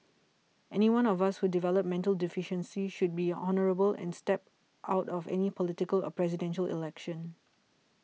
anyone of us who develop mental deficiency should be honourable and step out of any political or Presidential Election